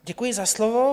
Děkuji za slovo.